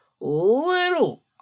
little